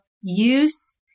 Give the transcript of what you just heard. use